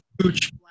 huge